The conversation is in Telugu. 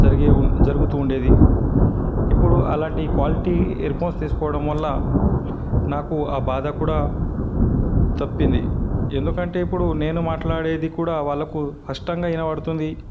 జరిగేవు జరుగుతు ఉండేది ఇప్పుడు అలాంటి క్వాలిటీ ఇయర్ఫోన్స్ తీసుకోవడం వల్ల నాకు ఆ బాధ కూడా తప్పింది ఎందుకంటే ఇప్పుడు నేను మాట్లాడేది కూడా వాళ్ళకు స్పష్టంగా వివడుతుంది